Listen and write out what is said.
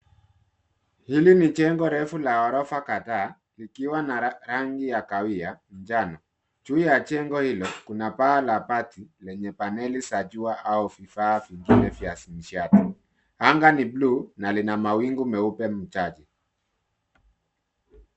Hili ni jengo refu la ghorofa kadhaa likiwa na rangi ya kahawia, njano. Juu ya jengo hilo kuna paa la bati lenye paneli za jua au vifaa vingine vya sinshati. Anga ni bluu na lina mawingu meupe mchache.